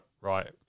right